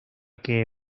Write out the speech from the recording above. que